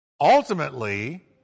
ultimately